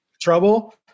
trouble